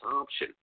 option